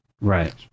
right